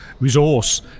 resource